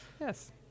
Yes